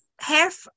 Half